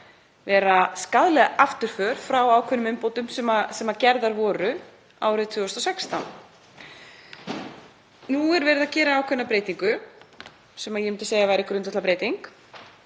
vera skaðlega afturför frá ákveðnum umbótum sem gerðar voru árið 2016. Nú er verið að gera ákveðna breytingu sem ég myndi segja að væri grundvallarbreyting,